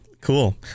Cool